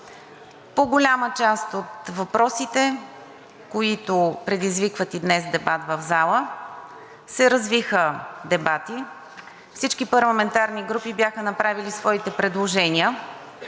По голяма част от въпросите, които предизвикват и днес дебат в залата, се развиха дебати, всички парламентарни групи бяха направили своите предложения,